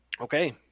okay